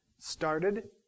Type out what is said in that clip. started